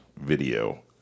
video